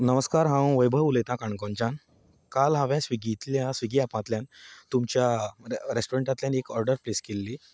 नमस्कार हांव वैभव उलयतां काणकोणच्यान काल हांवें स्विगींतल्यान स्विगी एपांतल्यान तुमच्या रेस्टोरंटांतल्यान एक ऑर्डर प्लेस केल्ली